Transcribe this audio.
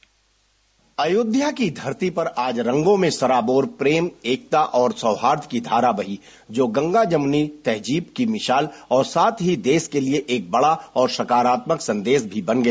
एक रिपोर्ट अयोध्या की धरती पर आज रंगो में सराबोर प्रेम एकता और सौहार्द की धारा बही जो गंगा जमुनी तहजीब की मिसाल और साथ ही देश के लिए एक बड़ा और सकारात्मक सन्देश भी बन गया